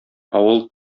авыл